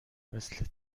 مثل